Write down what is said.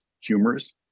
humorous